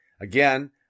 Again